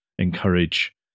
encourage